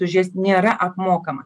už jas nėra apmokama